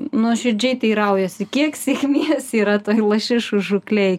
nuoširdžiai teiraujasi kiek sėkmės yra toj lašišų žūklėj